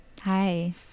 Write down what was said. Hi